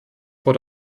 vor